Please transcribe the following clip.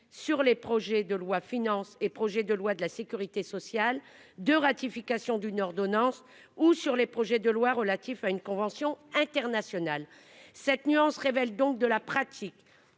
sur les projets de loi finances et projets de loi de la sécurité sociale de ratification d'une ordonnance ou sur les projets de loi relatif à une convention internationale. Cette nuance révèle donc de la pratique